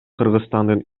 кыргызстандын